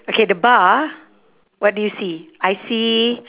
okay the bar what do you see I see